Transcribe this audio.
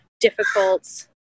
difficult